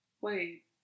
Wait